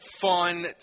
Fun